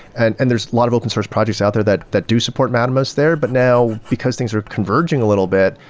and and there's a lot of open source projects out there that that do support mattermost there, but now because things are converging a little bit,